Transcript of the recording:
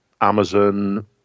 Amazon